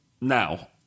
now